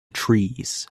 trees